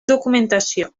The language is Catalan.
documentació